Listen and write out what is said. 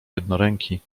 jednoręki